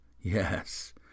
Yes